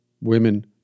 women